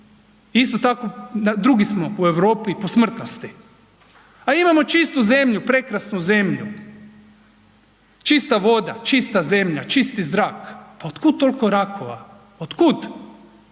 Isto tkao drugi smo u Europi po smrtnosti. A imamo čistu zemlju, prekrasnu zemlju. Čista voda, čista zemlja, čisti zrak. Pa od kuda toliko rakova? Od kuda?